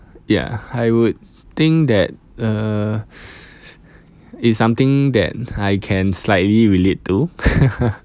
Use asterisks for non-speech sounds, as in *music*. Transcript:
ya I would think that uh *breath* it's something that I can slightly relate to *laughs*